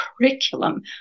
curriculum